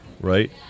right